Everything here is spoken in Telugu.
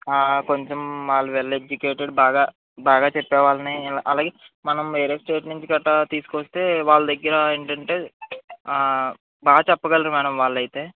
కొంచం వాళ్ళు వెల్ ఎడ్యుకేటెడ్ బాగా బాగా చెప్పేవాళ్ళని అలాగే మనం వేరే స్టేట్ నుంచి గట్టా తీసుకొస్తే వాళ్ళ దగ్గర ఏంటంటే బాగా చెప్పగలరు మ్యాడమ్ వాళ్ళైతే